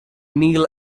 kneel